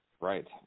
right